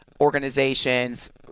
organizations